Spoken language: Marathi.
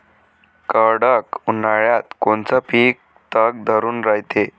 कडक उन्हाळ्यात कोनचं पिकं तग धरून रायते?